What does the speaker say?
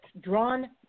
drawn